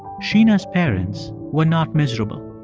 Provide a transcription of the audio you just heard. sheena's parents were not miserable.